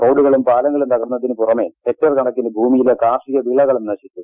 റോഡുകളും പാലങ്ങളും തകർന്നതിന് പുറമേ ഹെക്ടർ കണക്കിന് ഭൂമിയിലെ കാർഷിക വിളകളും നശിച്ചു